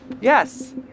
Yes